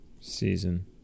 Season